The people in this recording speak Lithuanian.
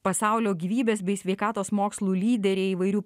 pasaulio gyvybės bei sveikatos mokslų lyderiai įvairių